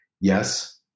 Yes